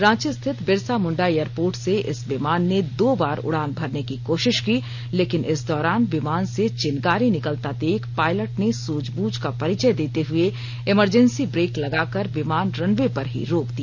रांची स्थित बिरसा मुंडा एयरपोर्ट से इस विमान ने दो बार उड़ान भरने की कोशिश की लेकिन इस दौरान विमान से चिंगारी निकलता देख पायलट ने सुझबूझ का परिचय देते हए इमरजेंसी ब्रेक लगाकर विमान रनवे पर ही रोक दिया